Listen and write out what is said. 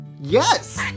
Yes